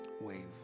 wave